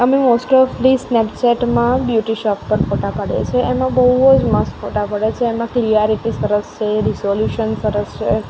અમે મોસ્ટઓફલી સ્નેપચેટમાં beauty shop પર ફોટા પાડીએ છીએ એનો બહુજ મસ્ત ફોટા પડે છે એમાં ક્લિયારીટી સરસ છે રિઝોલ્યુસન સરસ છે